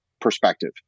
perspective